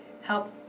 help